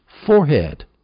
forehead